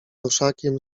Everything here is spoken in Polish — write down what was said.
orszakiem